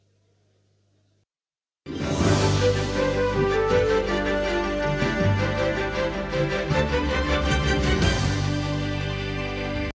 Дякую.